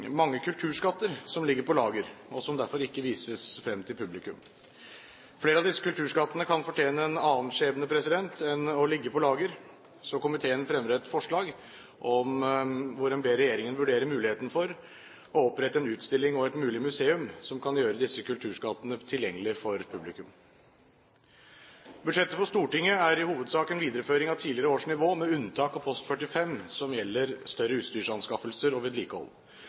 mange kulturskatter som ligger på lager, og som derfor ikke vises frem til publikum. Flere av disse kulturskattene kan fortjene en annen skjebne enn å ligge på lager, så komiteen fremmer et forslag hvor en ber regjeringen vurdere muligheten for å opprette en utstilling og et mulig museum som kan gjøre disse kulturskattene tilgjengelige for publikum. Budsjettet for Stortinget er i hovedsak en videreføring av tidligere års nivå med unntak av post 45, som gjelder større utstyrsanskaffelser og vedlikehold.